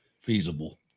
feasible